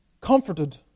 Comforted